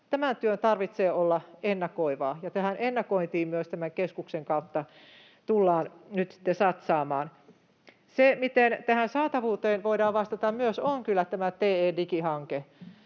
Tämän työn tarvitsee olla ennakoivaa, ja tähän ennakointiin keskuksen kautta tullaan nyt myös satsaamaan. Se, miten saatavuuteen myös voidaan vastata, on kyllä tämä TE-Digi-hanke